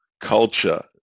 Culture